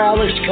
Alex